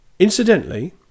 Incidentally